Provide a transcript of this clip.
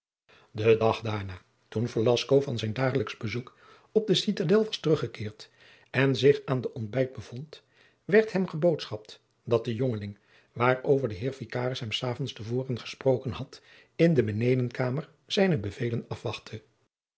den dag daarna toen velasco van zijn dagelijksch bezoek op de citadel was teruggekeerd en zich aan den ontbijt bevond werd hem geboodschapt dat de jongeling waarover de heer vicaris hem s avonds te voren gesproken had in de benedenkamer zijne bevelen afwachtte